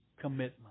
commitment